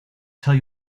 tell